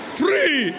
free